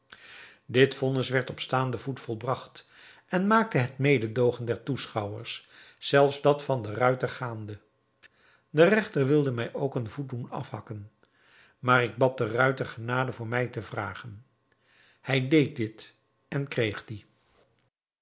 dit vonnis werd op staanden voet volbragt en maakte het mededoogen der toeschouwers zelfs dat van den ruiter gaande de regter wilde mij ook nog een voet doen afhakken maar ik bad den ruiter genade voor mij te vragen hij deed dit en kreeg die